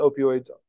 opioids